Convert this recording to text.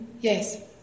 Yes